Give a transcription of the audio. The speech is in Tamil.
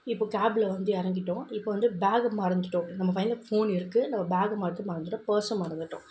இப்போ கேப்ல வந்து இறங்கிட்டோம் இப்போ வந்து பேகை மறந்துவிட்டோம் நம்ம கையில் ஃபோன் இருக்குது நம்ம பேகை மட்டும் மறந்துவிட்டோம் பர்ஸும் மறந்துவிட்டோம்